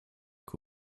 cool